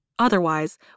Otherwise